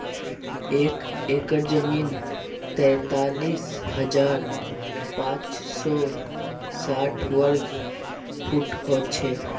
एक एकड़ जमीन तैंतालीस हजार पांच सौ साठ वर्ग फुट हो छे